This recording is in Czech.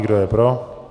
Kdo je pro?